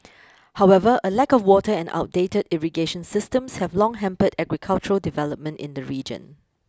however a lack of water and outdated irrigation systems have long hampered agricultural development in the region